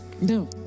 No